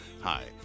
Hi